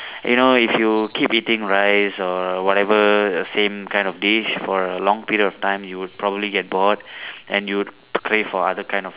you know if you keep eating rice or whatever same kind of dish for a long period of time you would probably get bored and you crave for other kind of